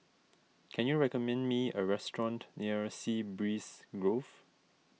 can you recommend me a restaurant near Sea Breeze Grove